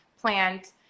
plant